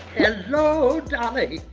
hello dolly.